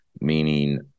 meaning